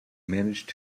managed